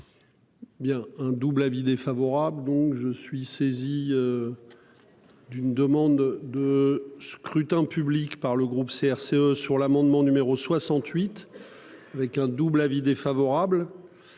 Bien un double avis défavorable, donc je suis saisi. D'une demande de scrutin public par le groupe CRCE sur l'amendement numéro 68 avec un double avis défavorable.